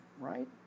right